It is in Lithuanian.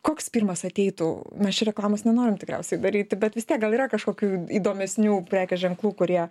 koks pirmas ateitų mes čia reklamos nenorim tikriausiai daryti bet vis tiek gal yra kažkokių įdomesnių prekių ženklų kurie